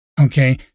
Okay